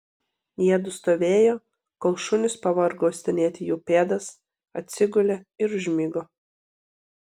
jiedu stovėjo kol šunys pavargo uostinėti jų pėdas atsigulė ir užmigo